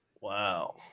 Wow